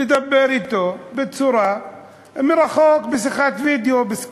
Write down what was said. לדבר אתו מרחוק, בשיחת וידיאו, בסקייפ,